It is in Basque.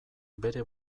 bere